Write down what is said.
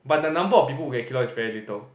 but the number of people who get keloids is very little